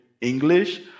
English